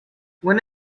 when